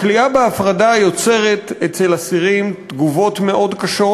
הכליאה בהפרדה יוצרת אצל אסירים תגובות מאוד קשות.